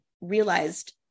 realized